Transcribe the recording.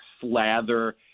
slather